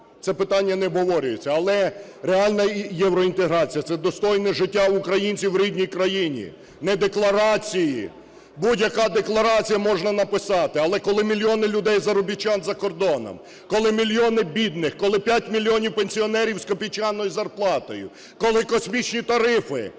це питання не обговорюється. Але реальна євроінтеграція – це достойне життя українців в рідній країні, не декларації. Будь-яку декларацію можна написати. Але коли мільйони людей-заробітчан за кордоном, коли мільйони бідних, коли 5 мільйонів пенсіонерів з копійчаною зарплатою, коли космічні тарифи,